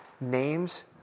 names